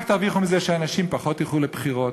תרוויחו מזה שאנשים ילכו פחות לבחירות,